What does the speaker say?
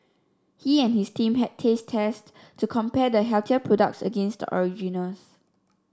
he and his team had taste tests to compare the healthier products against the originals